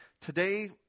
today